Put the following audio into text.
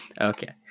Okay